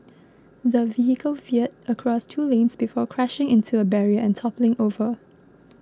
the vehicle veered across two lanes before crashing into a barrier and toppling over